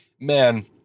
Man